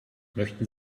möchten